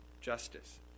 justice